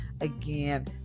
again